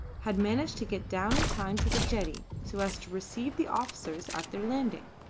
had managed to get down in time to the jetty so as to receive the officers at their landing.